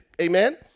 Amen